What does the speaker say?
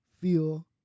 feel